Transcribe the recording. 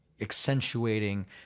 accentuating